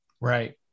Right